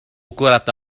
كرة